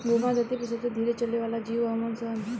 घोंघा धरती पर सबसे धीरे चले वाला जीव हऊन सन